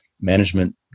management